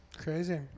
crazy